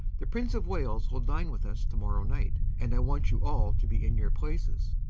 the prince of wales will dine with us tomorrow night, and i want you all to be in your places.